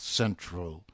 central